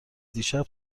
دیشب